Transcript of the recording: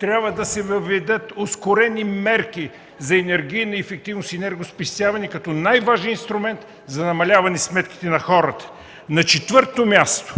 трябва да се въведат ускорени мерки за енергийна ефективност и енергоспестяване като най-важния инструмент за намаляване сметките на хората. На четвърто място,